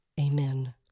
Amen